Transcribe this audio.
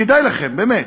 כדאי לכם, באמת.